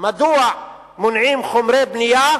מדוע מונעים הכנסת חומרי בנייה